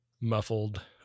muffled